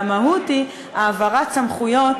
והמהות היא העברת סמכויות